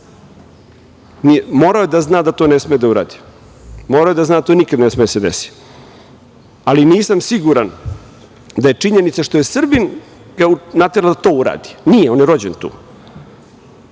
Morao je da zna da to ne sme da uradi, morao je da zna da to nikada ne sme da se desi. Nisam siguran da ga je činjenica što je Srbin naterala da to uradi. Nije. On je rođen tu.